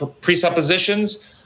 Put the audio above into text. presuppositions